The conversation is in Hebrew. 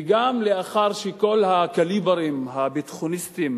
וגם לאחר שכל הקליברים הביטחוניסטים